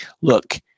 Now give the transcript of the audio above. Look